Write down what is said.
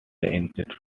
inferior